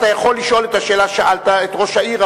אתה יכול לשאול את השאלה ששאלת את ראש העיר,